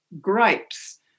grapes